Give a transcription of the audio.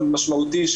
משמעותי,